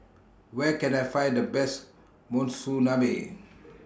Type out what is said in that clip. Where Can I Find The Best Monsunabe